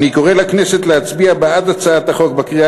אני קורא לכנסת להצביע בעד הצעת החוק בקריאה